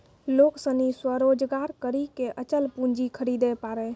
लोग सनी स्वरोजगार करी के अचल पूंजी खरीदे पारै